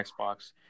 Xbox